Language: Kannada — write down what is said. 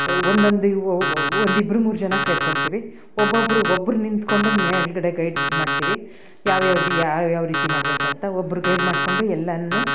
ಒಂದೊಂದು ಒಂದಿಬ್ಬರು ಮೂರು ಜನ ಸೇರ್ಕೊಂತಿವಿ ಒಬ್ಬೊಬ್ಬರು ಒಬ್ಬರು ನಿಂತ್ಕೊಂಡು ಮೇಲ್ಗಡೆ ಗೈಡ್ ಮಾಡ್ತೀವಿ ಯಾವ ಯಾವ್ದು ಯಾವ ಯಾವ ರೀತಿ ಮಾಡಬೇಕು ಅಂತಾ ಒಬ್ಬರು ಗೈಡ್ ಮಾಡಿಕೊಂಡು ಎಲ್ಲಾನು